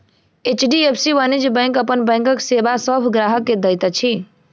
HDFC वाणिज्य bank अपन बैंकक सेवा सभ ग्राहक के दैत अछि